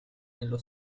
nello